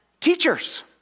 Teachers